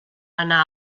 anar